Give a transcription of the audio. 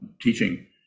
teaching